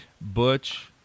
butch